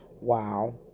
Wow